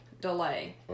delay